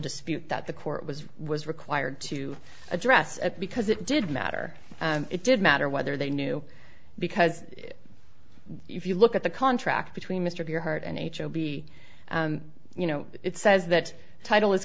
dispute that the court was was required to address it because it did matter it did matter whether they knew because if you look at the contract between mr pure heart and h o b you know it says that title is